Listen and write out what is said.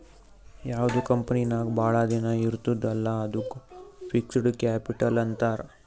ಯಾವ್ದು ಕಂಪನಿ ನಾಗ್ ಭಾಳ ದಿನ ಇರ್ತುದ್ ಅಲ್ಲಾ ಅದ್ದುಕ್ ಫಿಕ್ಸಡ್ ಕ್ಯಾಪಿಟಲ್ ಅಂತಾರ್